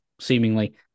seemingly